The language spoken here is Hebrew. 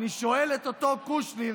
אני שואל את אותו קושניר,